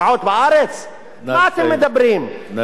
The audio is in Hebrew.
אתם רוצים להחזיר קרקע בירושלים המזרחית,